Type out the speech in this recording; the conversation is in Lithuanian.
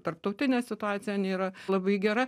tarptautinė situacija nėra labai gera